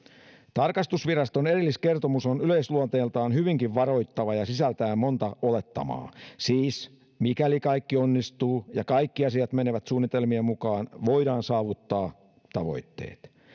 tarkastusviraston erilliskertomus on yleisluonteeltaan hyvinkin varoittava ja sisältää monta olettamaa siis mikäli kaikki onnistuu ja kaikki asiat menevät suunnitelmien mukaan voidaan saavuttaa tavoitteet